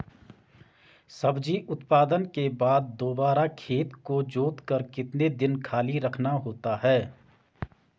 सब्जी उत्पादन के बाद दोबारा खेत को जोतकर कितने दिन खाली रखना होता है?